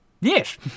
yes